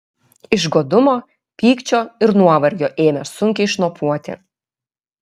iš godumo pykčio ir nuovargio ėmė sunkiai šnopuoti